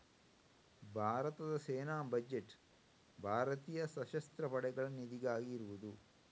ಭಾರತದ ಸೇನಾ ಬಜೆಟ್ ಭಾರತೀಯ ಸಶಸ್ತ್ರ ಪಡೆಗಳ ನಿಧಿಗಾಗಿ ಇರುದು